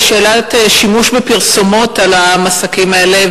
שאלת השימוש בפרסומות על המסכים האלה,